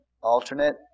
alternate